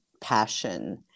passion